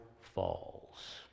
falls